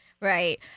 Right